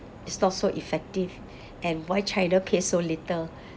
it's not so effective and why china pay so little